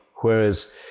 Whereas